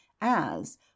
as